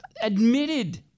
admitted